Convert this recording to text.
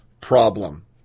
problem